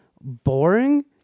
boring